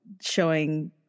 showing